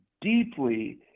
deeply